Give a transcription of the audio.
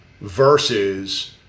versus